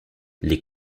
les